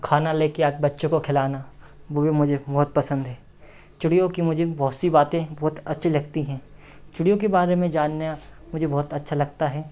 खाना लेके आके बच्चों को खिलाना वो भी मुझे बहुत पसंद है चिड़ियों की मुझे बहुत सी बातें बहुत अच्छी लगती हैं चिड़ियों के बारे में जानना मुझे बहुत अच्छा लगता है